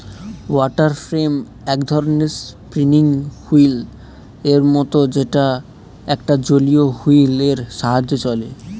water frame এক ধরনের spinning wheel এর মত যেটা একটা জলীয় হুইল এর সাহায্যে চলে